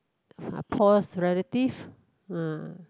if ah Paul's relative uh